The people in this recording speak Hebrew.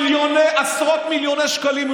עשרות מיליוני שקלים,